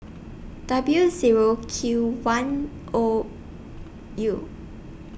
W Zero Q one O U